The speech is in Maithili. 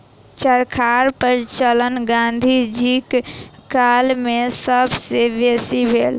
चरखाक प्रचलन गाँधी जीक काल मे सब सॅ बेसी भेल